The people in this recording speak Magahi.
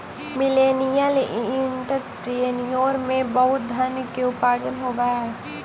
मिलेनियल एंटरप्रेन्योर में बहुत धन के उपार्जन होवऽ हई